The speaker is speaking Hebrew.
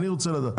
אני רוצה לדעת,